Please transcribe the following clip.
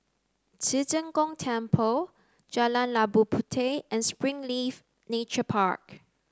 Ci Zheng Gong Temple Jalan Labu Puteh and Springleaf Nature Park